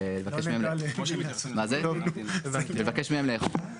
לפני הקראה ולדברי סיכום,